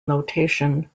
notation